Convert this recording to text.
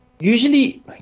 Usually